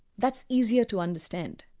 that's easier to understand.